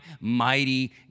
mighty